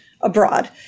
abroad